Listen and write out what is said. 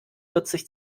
vierzig